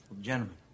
Gentlemen